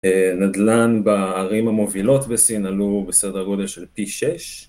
נדלן בערים המובילות בסין עלו בסדר גודל של פי שש